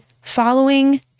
following